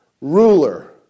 ruler